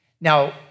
Now